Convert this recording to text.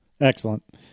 excellent